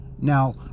Now